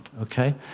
okay